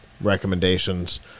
recommendations